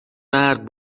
مرد